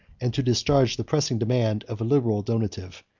and to discharge the pressing demand of a liberal donative,